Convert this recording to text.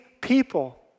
people